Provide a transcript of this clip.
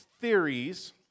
theories